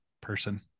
person